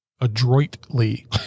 adroitly